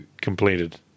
completed